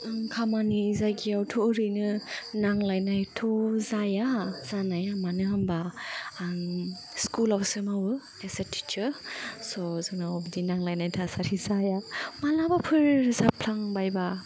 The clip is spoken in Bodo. आंनि खामानि जायगायावथ' ओरैनो नांलायनायथ' जाया जानाया मानो होनोबा आं स्कुलावसो मावो एस ए टिचार स' जोंनाव बिदि नांलायनाय थासारि जाया मालाबाफोर जाफ्लांबायबा